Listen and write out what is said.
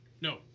No